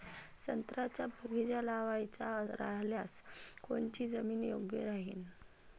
संत्र्याचा बगीचा लावायचा रायल्यास कोनची जमीन योग्य राहीन?